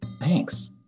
Thanks